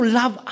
love